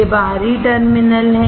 ये बाहरी टर्मिनल हैं